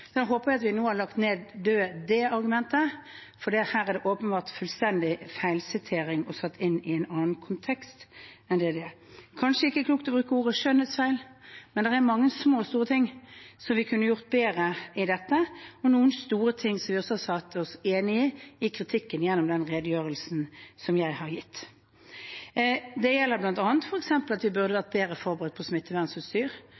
Jeg håper vi nå har lagt det argumentet dødt, for her det åpenbart fullstendig feilsitering, og det er satt inn i en annen kontekst. Det var kanskje ikke klokt å bruke ordet «skjønnhetsfeil», men det er mange små og store ting som vi kunne gjort bedre i dette, og noen store ting hvor vi har sagt oss enig i kritikken, gjennom redegjørelsen jeg har gitt. Det gjelder bl.a. at vi burde vært bedre forberedt med hensyn til smittevernutstyr, som regjeringen har vært klar på at vi burde